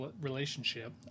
relationship